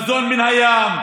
מזון מן הים.